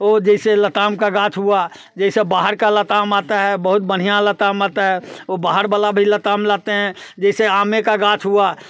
ओ जैसे लताम का गाछ हुआ जैसे बाहर का लताम आता है बहुत बढ़िया लताम आता है ओ बाहर वाला भी लताम लाते हैं जैसे आम का गाछ हुआ